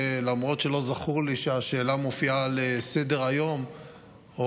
למרות שלא זכור לי שהשאלה מופיעה על סדר-היום או